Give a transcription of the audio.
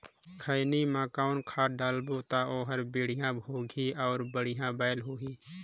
खैनी मा कौन खाद लगाबो ता ओहार बेडिया भोगही अउ बढ़िया बैल होही?